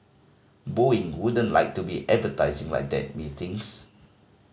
Boeing wouldn't like to be advertising like that methinks